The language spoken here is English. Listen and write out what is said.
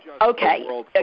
okay